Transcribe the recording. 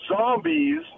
zombies